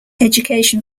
education